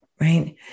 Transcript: right